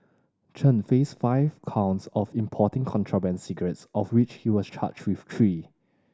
Chen faced five counts of importing contraband cigarettes of which he was charged with three